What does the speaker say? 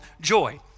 joy